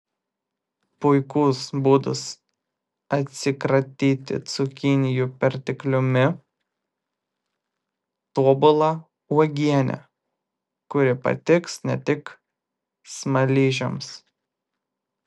puikus būdas atsikratyti cukinijų pertekliumi tobula uogienė kuri patiks ne tik smaližiams